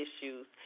issues